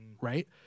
right